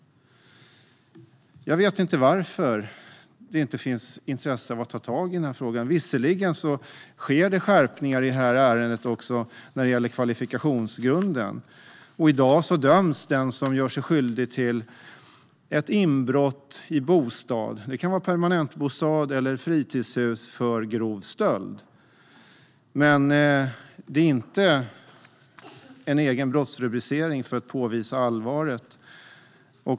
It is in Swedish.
Jag vet inte varför det inte finns något intresse för att ta tag i frågan. Visserligen sker skärpningar i ärendet när det gäller kvalifikationsgrunden. I dag döms den som gör sig skyldig till ett inbrott i bostad - det kan handla om permanentbostad eller fritidshus - för grov stöld. Men det rör sig inte om en egen brottsrubricering som påvisar allvaret.